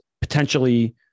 potentially